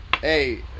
Hey